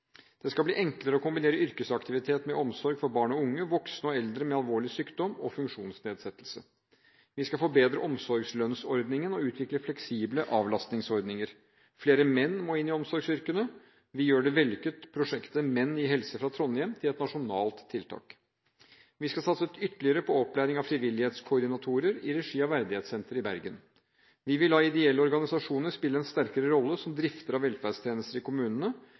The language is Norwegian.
Det skal bli enklere å kombinere yrkesaktivitet med omsorg for barn og unge, voksne og eldre med alvorlig sykdom og funksjonsnedsettelse. Vi skal forbedre omsorgslønnsordningen og utvikle fleksible avlastningsordninger. Flere menn må inn i omsorgsyrkene – vi gjør det vellykkede prosjektet Menn i helse fra Trondheim til et nasjonalt tiltak. Vi skal satse ytterligere på opplæring av frivillighetskoordinatorer i regi av Verdighetssenteret i Bergen. Vi vil la ideelle organisasjoner spille en sterkere rolle som driftere av velferdstjenester i kommunene.